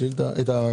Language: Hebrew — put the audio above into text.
הצבעה לא התקבלה